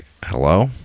Hello